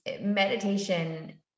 Meditation